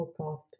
podcast